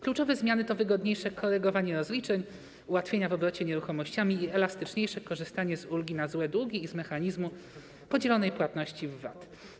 Kluczowe zmiany to wygodniejsze korygowanie rozliczeń, ułatwienia w obrocie nieruchomościami i elastyczniejsze korzystanie z ulgi na złe długi i z mechanizmu podzielonej płatności w VAT.